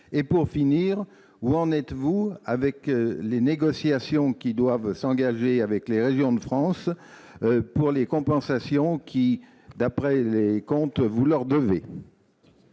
Pour finir, où en êtes-vous des négociations qui doivent s'engager avec les régions de France sur les compensations que, d'après leurs comptes, vous leur devez ?